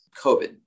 COVID